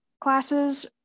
classes